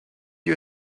you